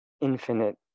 infinite